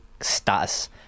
status